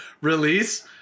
release